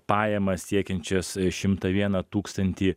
pajamas siekiančias šimtą vieną tūkstantį